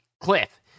cliff